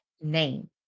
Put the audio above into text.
name